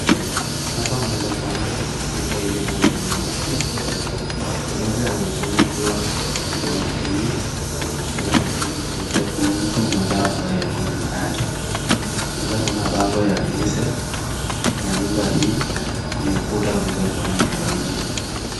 Hapa naweza kuona watu wawili ambao wamevaa maski ,mmoja anaonekana kuwa mwanakemia ambaye anajaribu kuelezea kuhusu madawa ambayo nyuma yake. Tunaweza kuona bango ya UNICEF na nyumba hii kwenye ukuta tunaeza kuona ni ya rangi.